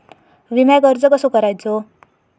विम्याक अर्ज कसो करायचो?